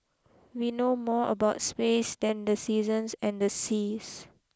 we know more about space than the seasons and seas